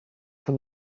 from